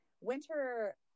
winter